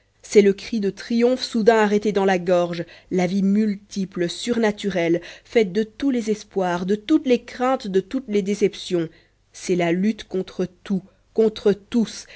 c'est le cri de triomphe soudain arrêté dans la gorge la vie multiple surnaturelle faite de tous les espoirs de toutes les craintes de toutes les déceptions c'est la lutte contre tout contre tous